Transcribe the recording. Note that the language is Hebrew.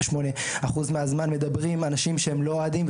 אחוז מהזמן מדברים אנשים שהם לא אוהדים,